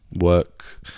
work